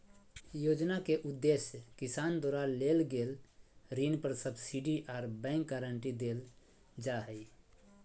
योजना के उदेश्य किसान द्वारा लेल गेल ऋण पर सब्सिडी आर बैंक गारंटी देल जा हई